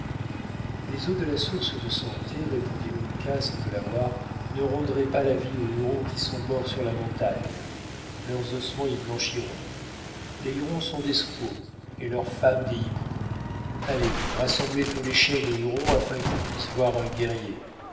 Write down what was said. les eaux de la source de santé répondit uncas en delaware ne rendraient pas la vie aux hurons qui sont morts sur la montagne leurs ossements y blanchiront les hurons sont des squaws et leurs femmes des hiboux allez rassemblez tous les chiens de hurons afin qu'ils puissent voir un guerrier